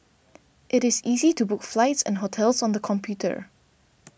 it is easy to book flights and hotels on the computer